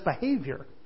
behavior